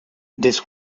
this